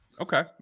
Okay